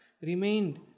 remained